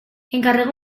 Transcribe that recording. encarrego